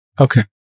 Okay